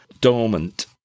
dormant